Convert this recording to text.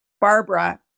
Barbara